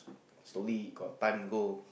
slowly got time go